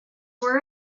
were